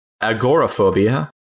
agoraphobia